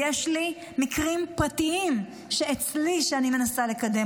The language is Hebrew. ויש לי מקרים פרטיים אצלי שאני מנסה לקדם